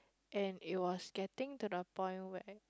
and it was getting to the point where